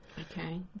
Okay